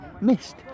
Missed